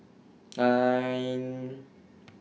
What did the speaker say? nine